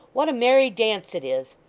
what a merry dance it is!